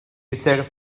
decided